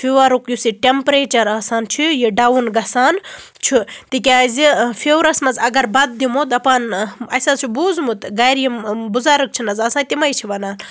فِوَرُک یُس یہِ ٹیٚمپریچَر آسان چھُ یہِ ڈاوُن گژھان چھُ تِکیٛازِ فِورَس مَنٛز اَگَر بَتہٕ دِمو دَپان اَسہِ حظ چھُ بوٗزمُت گَرِ یِم بُزَرگ چھِ نہَ حظ آسان تِمے چھِ وَنان